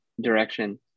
direction